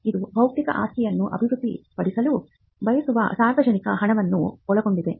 ಇದು ಬೌದ್ಧಿಕ ಆಸ್ತಿಯನ್ನು ಅಭಿವೃದ್ಧಿಪಡಿಸಲು ಬಳಸುವ ಸಾರ್ವಜನಿಕ ಹಣವನ್ನು ಒಳಗೊಂಡಿದೆ